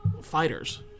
fighters